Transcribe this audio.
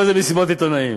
כל זה מסיבות עיתונאים.